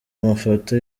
amafoto